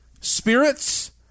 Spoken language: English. spirits